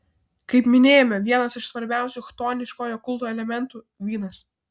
kaip minėjome vienas iš svarbiausių chtoniškojo kulto elementų vynas